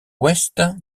ouest